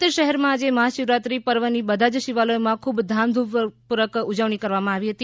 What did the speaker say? સુરત શહેરમાં આજે મહાશિવરાત્રી પર્વની બધા જ શિવાલયોમાં ખૂબ ધામધૂમપૂર્વક ઉજવણી કરવામાં આવી હતી